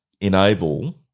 enable